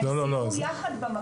הם סיירו יחד במקום.